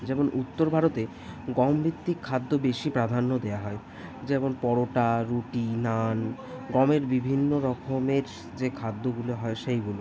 যেমন উত্তর ভারতে গম ভিত্তিক খাদ্য বেশি প্রাধান্য দেওয়া হয় যেমন পরটা রুটি নান গমের বিভিন্ন রকমের যে খাদ্যগুলো হয় সেইগুলো